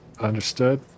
Understood